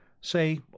say